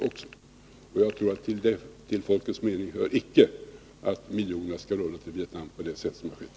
Och till folkets mening tror jag icke hör att miljonerna skall rulla till Vietnam på det sätt som har skett.